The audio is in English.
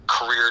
career